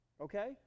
okay